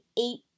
eight